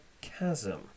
chasm